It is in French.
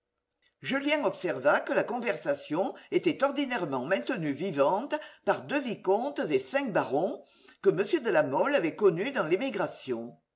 julien observa que la conversation était ordinairement maintenue vivante par deux vicomtes et cinq barons que m de la mole avait connus dans l'émigration